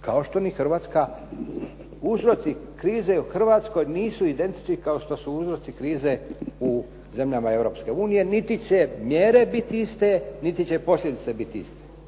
kao što ni Hrvatska. Uzroci krize u Hrvatskoj nisu identični kao što su uzroci krize u zemljama Europske unije, niti će mjere biti iste, niti će posljedice bit iste.